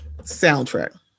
soundtrack